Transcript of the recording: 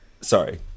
Sorry